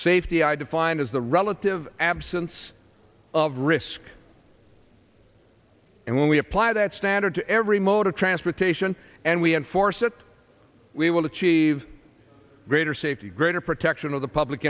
safety i define is the relative absence of risk and when we apply that standard to every mode of transportation and we enforce it we will achieve greater safety greater protection of the public